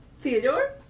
Theodore